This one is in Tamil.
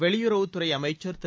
வெளியுறவுத் துறை அமைச்சர் திரு